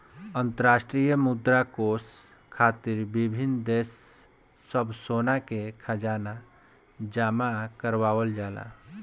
अंतरराष्ट्रीय मुद्रा कोष खातिर विभिन्न देश सब सोना के खजाना जमा करावल जाला